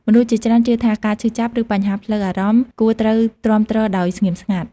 មនុស្សជាច្រើនជឿថា ការឈឺចាប់ ឬបញ្ហាផ្លូវអារម្មណ៍គួរត្រូវទ្រាំទ្រដោយស្ងៀមស្ងាត់។